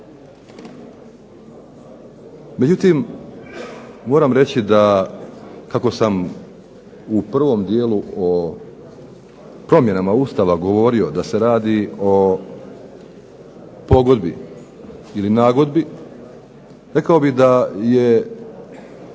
Međutim, moram reći da kako sam u prvom dijelu o promjenama Ustava govorio da se radi o pogodbi ili nagodbi rekao bih da je